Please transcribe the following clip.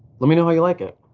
let me know how you like it.